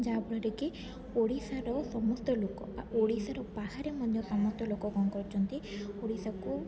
ଯାହାଫଳରେ କି ଓଡ଼ିଶାର ସମସ୍ତ ଲୋକ ବା ଓଡ଼ିଶାର ବାହାରେ ମଧ୍ୟ ସମସ୍ତ ଲୋକ କଣ କରୁଛନ୍ତି ଓଡ଼ିଶାକୁ